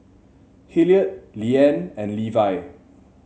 Hilliard Liane and Levy